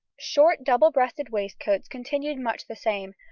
short double-breasted waistcoats continued much the same,